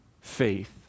faith